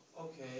Okay